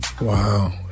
Wow